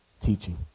teaching